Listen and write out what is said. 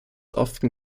often